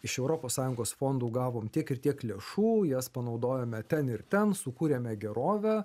iš europos sąjungos fondų gavom tiek ir tiek lėšų jas panaudojome ten ir ten sukūrėme gerovę